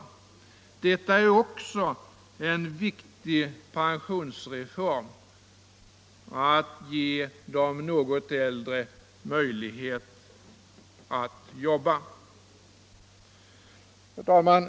Detta är också en viktig pensionsreform: att ge de något äldre möjlighet att jobba. Herr talman!